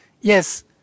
Yes